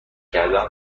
کردن